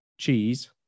Cheese